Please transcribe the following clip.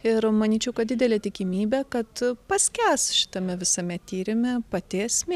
ir manyčiau kad didelė tikimybė kad paskęs šitame visame tyrime pati esmė